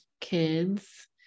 kids